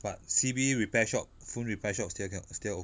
but C_B repair shop phone repair shop still can still open